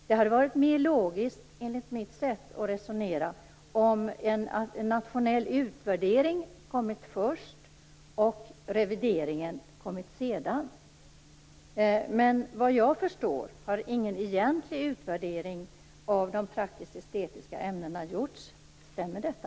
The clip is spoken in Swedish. Det hade enligt mitt sätt att resonera varit mera logiskt om en nationell utvärdering kommit först och revideringen kommit sedan. Men såvitt jag förstår har ingen egentlig utvärdering av de praktisk/estetiska ämena gjorts. Stämmer detta?